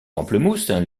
pamplemousses